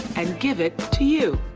and give it to you?